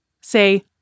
Say